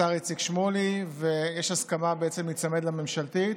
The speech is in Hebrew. השר איציק שמולי, ויש הסכמה בעצם להיצמד לממשלתית,